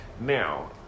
Now